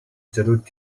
зориуд